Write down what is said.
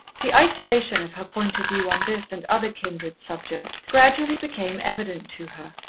the isolation of her point of view on this and other kindred subjects gradually became evident to her.